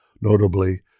Notably